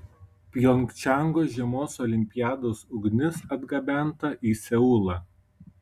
pjongčango žiemos olimpiados ugnis atgabenta į seulą